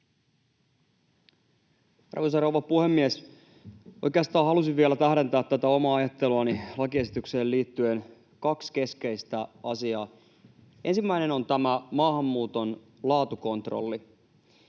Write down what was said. rouva puhemies! Oikeastaan halusin vielä tähdentää tätä omaa ajatteluani lakiesitykseen liittyen, eli kaksi keskeistä asiaa. Ensimmäinen on tämä maahanmuuton laatukontrolli.